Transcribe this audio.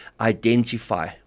identify